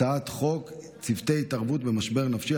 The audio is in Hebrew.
הצעת חוק צוותי התערבות במשבר נפשי,